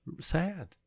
sad